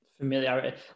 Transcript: familiarity